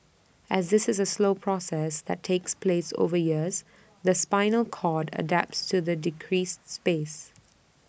as this is A slow process that takes place over years the spinal cord adapts to the decreased space